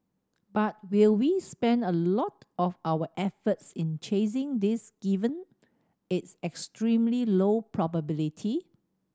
but will we spend a lot of our efforts in chasing this given its extremely low probability